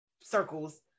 circles